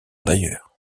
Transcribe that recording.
d’ailleurs